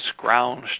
scrounged